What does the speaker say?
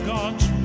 God's